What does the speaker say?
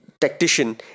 tactician